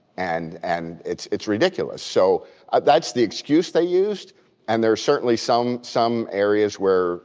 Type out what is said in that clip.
and and it's it's ridiculous. so ah that's the excuse they used and there are certainly some some areas where